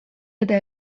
eta